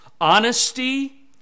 honesty